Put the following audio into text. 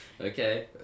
Okay